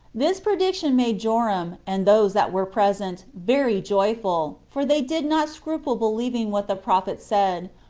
this prediction made joram, and those that were present, very joyful, for they did not scruple believing what the prophet said,